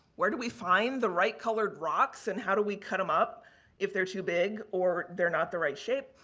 where do we find the right colored rocks and how do we cut them up if they're too big or they're not the right shape?